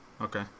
Okay